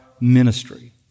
ministry